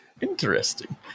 Interesting